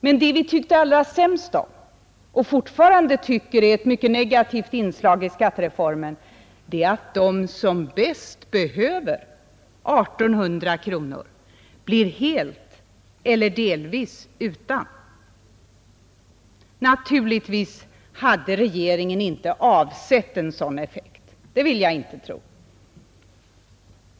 Men det vi tyckte allra sämst om och fortfarande tycker är ett mycket negativt inslag i skattereformen, det är att de som bäst behöver 1 800 kronor blir helt eller delvis utan. Naturligtvis hade regeringen inte avsett en sådan effekt — det vill jag inte tro.